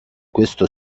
questo